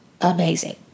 amazing